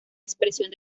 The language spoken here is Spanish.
expresión